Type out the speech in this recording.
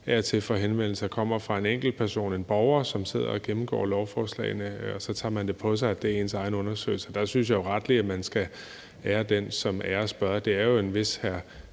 tit får henvendelse, kommer fra en enkeltperson, en borger, som sidder og gennemgår lovforslagene, og så tager man det på sig, som om det er ens egen undersøgelse. Der synes jeg jo rettelig, at man skal ære den, som æres bør. Det er jo en vis hr.